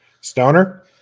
Stoner